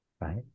right